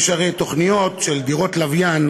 יש הרי תוכניות של דירות לוויין,